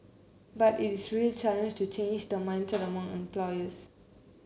but it is real challenge to change the mindset among employers